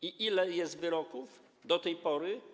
Ile jest wyroków do tej pory?